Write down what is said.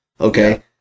Okay